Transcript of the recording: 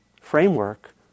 framework